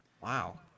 Wow